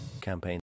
Campaign